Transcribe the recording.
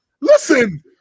Listen